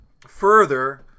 Further